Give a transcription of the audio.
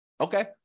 Okay